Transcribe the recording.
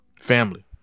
Family